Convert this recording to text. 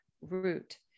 root